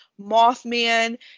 Mothman